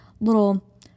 little